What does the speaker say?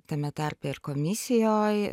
tame tarpe ir komisijoj